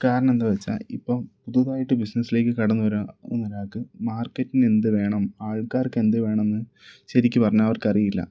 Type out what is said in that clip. കാരണം എന്താന്ന് വെച്ചാൽ ഇപ്പം പുതുതായിട്ട് ബിസിനസ്സിലേക്ക് കടന്ന് വരാന് ഒരാൾക്ക് മാർക്കറ്റിന് എന്ത് വേണം ആൾക്കാർക്ക് എന്ത് വേണമെന്ന് ശരിക്ക് പറഞ്ഞാൽ അവർക്കറിയില്ല